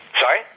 Sorry